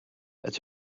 qed